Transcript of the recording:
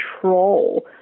control